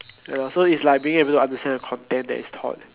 ya lor so it's like being able to understand the content that is taught